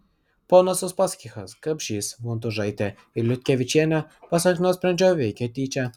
ponas uspaskichas gapšys vonžutaitė ir liutkevičienė pasak nuosprendžio veikė tyčia